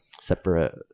separate